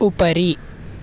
उपरि